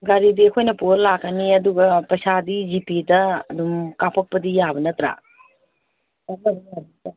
ꯒꯥꯔꯤꯗꯤ ꯑꯩꯈꯣꯏꯅ ꯄꯨꯔꯒ ꯂꯥꯛꯀꯅꯤ ꯑꯗꯨꯒ ꯄꯩꯁꯥꯗꯤ ꯖꯤꯄꯦꯗ ꯑꯗꯨꯝ ꯀꯥꯄꯛꯄꯗꯤ ꯌꯥꯕ ꯅꯠꯇ꯭ꯔꯥ